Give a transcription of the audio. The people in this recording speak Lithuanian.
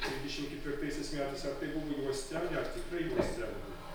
trisdešim ketvirtaisiais metais ar tai buvo juostelė ar tikrai juostelė buvo